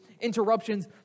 Interruptions